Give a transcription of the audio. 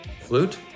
Flute